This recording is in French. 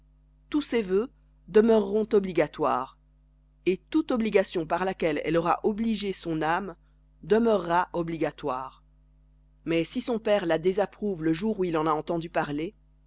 tous ses vœux demeureront obligatoires et toute obligation par laquelle elle aura obligé son âme demeurera obligatoire mais si son père la désapprouve le jour où il en a entendu parler